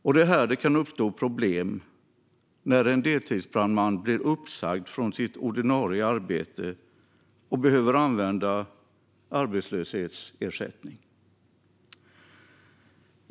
Och det är här som det kan uppstå problem när en deltidsbrandman blir uppsagd från sitt ordinarie arbete och behöver få arbetslöshetsersättning.